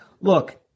Look